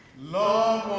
love.